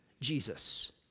Jesus